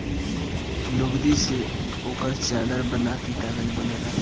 लुगदी से ओकर चादर बना के कागज बनेला